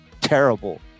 terrible